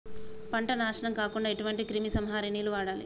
పంట నాశనం కాకుండా ఎటువంటి క్రిమి సంహారిణిలు వాడాలి?